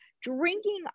drinking